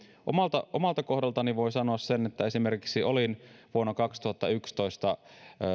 omalta omalta kohdaltani voin sanoa esimerkiksi sen että olin vuonna kaksituhattayksitoista